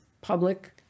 public